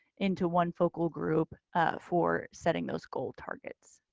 into one focal group for setting those goal targets.